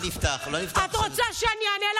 לא נפתח, את רוצה שאני אענה לך?